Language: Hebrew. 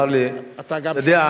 אמר לי: אתה יודע,